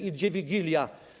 Idzie Wigilia.